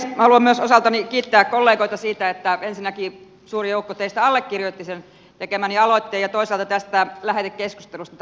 minä haluan myös osaltani kiittää kollegoita siitä että ensinnäkin suuri joukko teistä allekirjoitti sen tekemäni aloitteen ja toisaalta tästä lähetekeskustelusta